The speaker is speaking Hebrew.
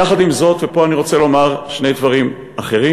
יחד עם זאת, ופה אני רוצה לומר שני דברים אחרים,